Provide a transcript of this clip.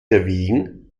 erwägen